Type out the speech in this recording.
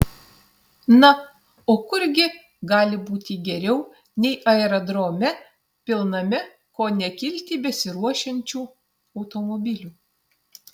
na o kur gi gali būti geriau nei aerodrome pilname ko ne kilti besiruošiančių automobilių